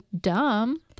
dumb